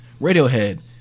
Radiohead